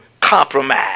compromise